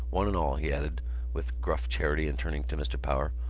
one and all, he added with gruff charity and turning to mr. power.